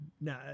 No